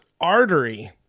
artery